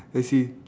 as in